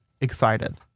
Excited